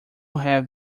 have